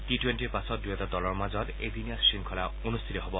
T টুৱেণ্টিৰ পাছত দুয়োটা দলৰ মাজত এদিনীয়া শংখলা অনুষ্ঠিত হ'ব